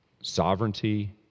sovereignty